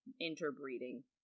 interbreeding